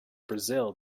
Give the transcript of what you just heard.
brazil